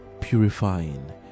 purifying